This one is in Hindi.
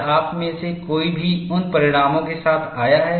क्या आप में से कोई भी उन परिणामों के साथ आया है